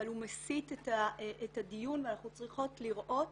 אבל הוא מסיט את הדיון ואנחנו צריכות לראות